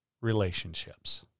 Relationships